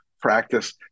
Practice